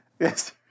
Yes